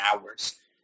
hours